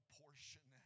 portion